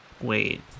Wait